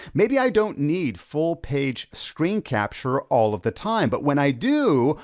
maybe i don't need full page screen capture all of the time. but when i do,